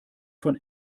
von